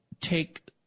take